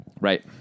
Right